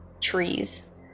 trees